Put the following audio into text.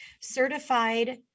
certified